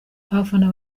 abafana